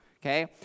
okay